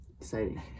exciting